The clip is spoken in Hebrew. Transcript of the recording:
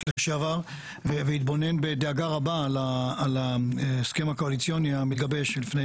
לשעבר והתבונן בדאגה רבה על ההסכם הקואליציוני המתגבש לפני